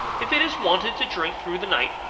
if it is wanted to drink through the night,